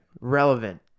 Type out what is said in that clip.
relevant